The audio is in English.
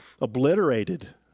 obliterated